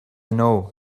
know